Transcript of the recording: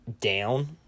down